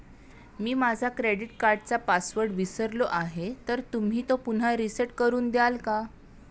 मी माझा क्रेडिट कार्डचा पासवर्ड विसरलो आहे तर तुम्ही तो पुन्हा रीसेट करून द्याल का?